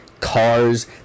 Cars